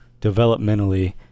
developmentally